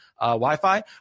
Wi-Fi